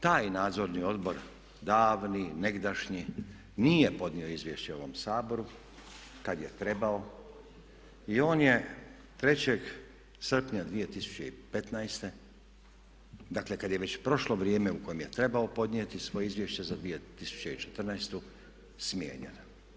Taj nadzorni odbor davni, negdašnji nije podnio izvješće ovom Saboru kad je trebao i on je 3. srpnja 2015. dakle kad je već prošlo vrijeme u kojem je trebao podnijeti svoje Izvješće za 2014. smijenjen.